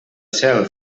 cel